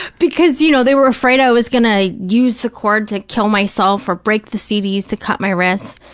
because, you know, they were afraid i was going to use the cord to kill myself or break the cds to cut my wrists.